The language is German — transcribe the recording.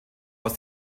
aus